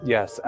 Yes